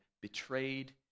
betrayed